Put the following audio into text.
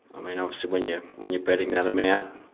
i mean, obviously when yeah when you're betting that amount